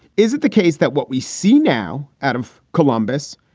is it the case that what we see now out of columbus,